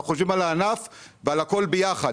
אנחנו חושבים על הענף ועל הכול ביחד.